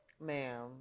ma'am